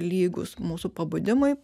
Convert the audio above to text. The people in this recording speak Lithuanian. lygus mūsų pabudimui